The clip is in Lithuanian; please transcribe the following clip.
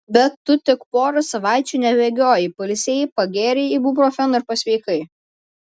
bet tu tik porą savaičių nebėgiojai pailsėjai pagėrei ibuprofeno ir pasveikai